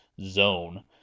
zone